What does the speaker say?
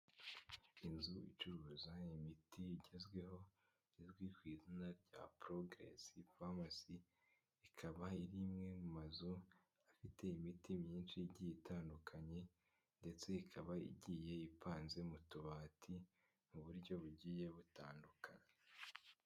Inzu icuruza imiti igezweho izwi ku izina rya progress pharmacy ikaba irimwe mu mazu afite imiti myinshi igiye itandukanye ndetse ikaba igiye ipanze mu tubati mu buryo bugiye butandukanye.